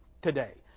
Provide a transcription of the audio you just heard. today